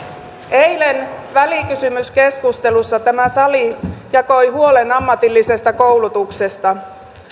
eilen välikysymyskeskustelussa tämä sali jakoi huolen ammatillisesta koulutuksesta